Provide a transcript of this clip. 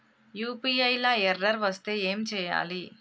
UPI లా error వస్తే ఏం చేయాలి?